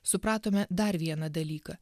supratome dar vieną dalyką